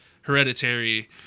Hereditary